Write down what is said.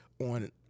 on